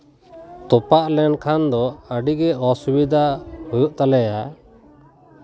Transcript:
ᱛᱚᱯᱟᱜ ᱞᱮᱱᱠᱷᱟᱱ ᱫᱚ ᱟᱹᱰᱤᱜᱮ ᱚᱥᱩᱵᱤᱫᱷᱟ ᱦᱳᱭᱳᱜ ᱛᱟᱞᱮᱭᱟ